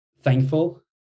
Thankful